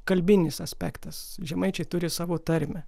kalbinis aspektas žemaičiai turi savo tarmę